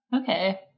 Okay